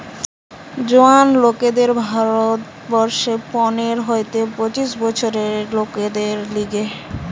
জোয়ান লোকদের ভারত বর্ষে পনের হইতে পঁচিশ বছরের লোকদের লিগে